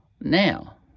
now